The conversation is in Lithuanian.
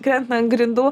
krenta ant grindų